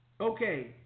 Okay